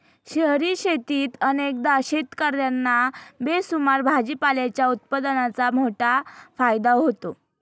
शहरी शेतीत अनेकदा शेतकर्यांना बेसुमार भाजीपाल्याच्या उत्पादनाचा मोठा फायदा होतो